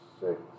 six